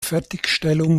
fertigstellung